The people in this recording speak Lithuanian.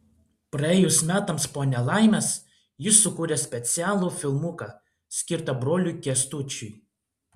praėjus metams po nelaimės ji sukūrė specialų filmuką skirtą broliui kęstučiui